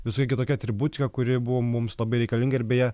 visai kitokia atributika kuri buvo mums labai reikalinga ir beje